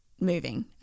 moving